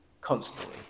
constantly